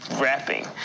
rapping